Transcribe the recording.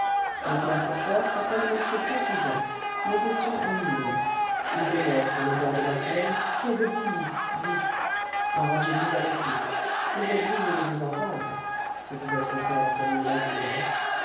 le tiers porteur s'appelle m petit-jean négociant en huiles il demeure sur le bord de la seine quai de billy arrangez-vous avec lui vous êtes dignes de vous entendre si vous êtes faussaire comme il